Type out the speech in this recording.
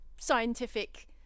scientific